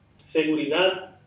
Seguridad